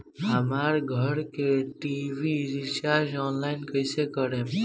हमार घर के टी.वी रीचार्ज ऑनलाइन कैसे करेम?